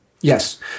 Yes